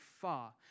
far